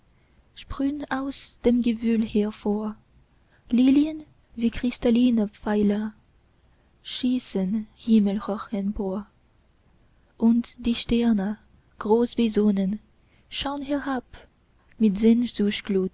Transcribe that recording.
sprühn aus dem gewühl hervor lilien wie kristallne pfeiler schießen himmelhoch empor und die sterne groß wie sonnen schaun herab mit sehnsuchtglut